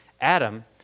Adam